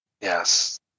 yes